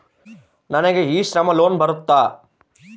ನನಗೆ e Shram loan ಬರುತ್ತಾ?